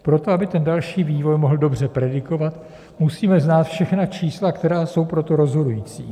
Pro to, aby ten další vývoj mohl dobře predikovat, musíme znát všechna čísla, která jsou pro to rozhodující.